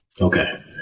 okay